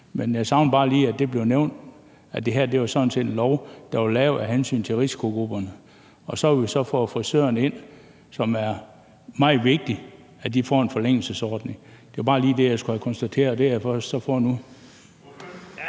men jeg savnede bare lige, at det blev nævnt, at det her sådan set var en lov, der var lavet af hensyn til risikogrupperne. Vi har så fået frisørerne med ind, og det er meget vigtigt, at de får en forlængelsesordning. Det var bare lige det, jeg skulle have konstateret, og det har jeg så fået nu.